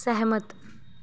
सैह्मत